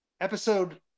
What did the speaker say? Episode